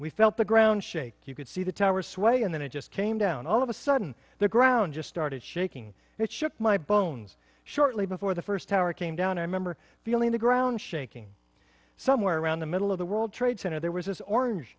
we felt the ground shake you could see the towers sway and then it just came down all of a sudden the ground just started shaking it shook my bones shortly before the first tower came down i remember feeling the ground shaking somewhere around the middle of the world trade center there was this orange